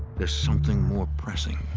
there's something more pressing.